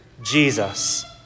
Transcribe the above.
Jesus